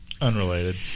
Unrelated